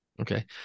Okay